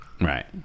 Right